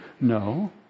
No